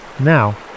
now